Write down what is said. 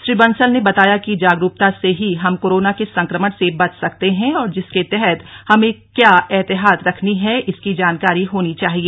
श्री बंसल ने बताया है कि जागरूकता से ही हम कोरोना के संक्रमण से बच सकते है और जिसके तहत हमें क्या ऐतिहात रखनी है इसकी जानकारी होनी चाहिए